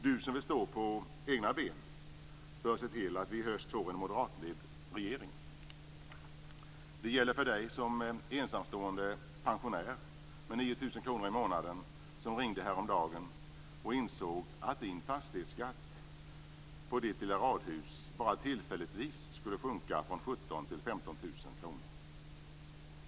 Du som vill stå på egna ben bör se till att vi i höst får en moderatledd regering. Det gäller för dig som ensamstående pensionär, med 9 000 kr i månaden, som ringde häromdagen och insåg att din fastighetsskatt på ditt lilla radhus bara tillfälligtvis skulle sjunka från 17 000 till 15 000 kr.